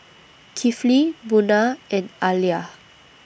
Kifli Munah and Alya